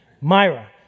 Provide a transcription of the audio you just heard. Myra